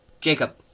Jacob